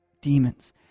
demons